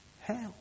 hell